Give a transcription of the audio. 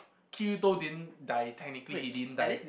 Kirito didn't die technically he didn't die